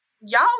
y'all